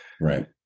Right